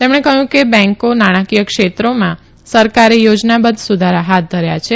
તેમણે કહ્યું કે બેંકો નાણાંકીય ક્ષેત્રમાં સરકારે યોજનાબધ્ધ સુધારા હાથ ધર્યા છે